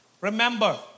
remember